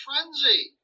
frenzy